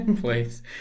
Please